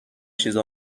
چیزو